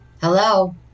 Hello